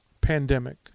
pandemic